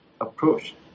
approach